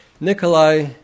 Nikolai